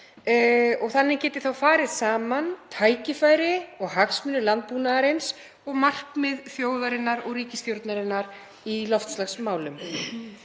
og þannig geti farið saman tækifæri og hagsmunir landbúnaðarins og markmið þjóðarinnar og ríkisstjórnarinnar í loftslagsmálum.